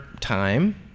time